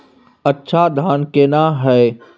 अच्छा धान केना हैय?